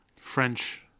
French